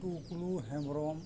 ᱠᱩᱠᱱᱩ Hembrom